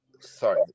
sorry